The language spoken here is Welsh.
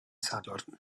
sadwrn